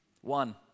One